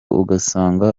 ugasanga